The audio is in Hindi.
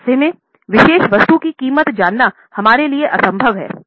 और ऐसे में किसी विशेष वस्तु की कीमत जानना हमारे लिए असंभव है